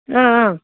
অঁ অঁ